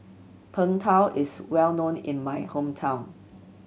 Png Tao is well known in my hometown